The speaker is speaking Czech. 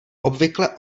obvykle